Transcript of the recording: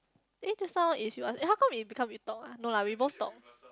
eh just now is you ask eh how come we become we talk ah no lah we both talk